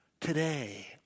today